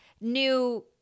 new